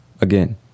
again